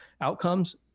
outcomes